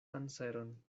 anseron